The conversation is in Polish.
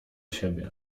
siebie